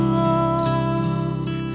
love